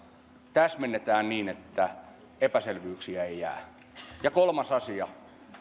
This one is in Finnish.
täsmennetään niin että epäselvyyksiä ei jää ja kolmas asia